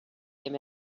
him